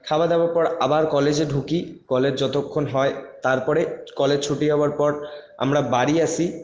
খাওয়া দাওয়ার পর আবার কলেজে ঢুকি কলেজ যতক্ষণ হয় তারপরে কলেজ ছুটি হওয়ার পর আমরা বাড়ি আসি